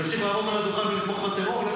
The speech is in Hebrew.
שימשיך לעמוד על הדוכן ולתמוך בטרור?